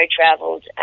traveled